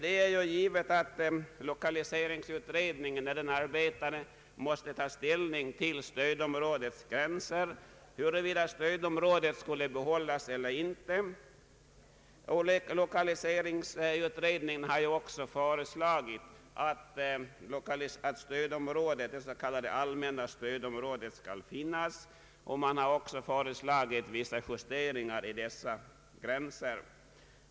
När lokaliseringsutredningen arbetade måste den självfallet ta ställning till stödområdets gränser och huruvida stödområdet skulle behållas eller inte. Lokaliseringsutredningen har föreslagit att det s.k. allmänna stödområdet skall finnas kvar. Man har även föreslagit vissa justeringar av dess gränser.